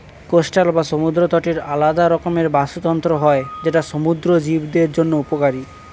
coastal বা সমুদ্র তটের আলাদা রকমের বাস্তুতন্ত্র হয় যেটা সমুদ্র জীবদের জন্য উপকারী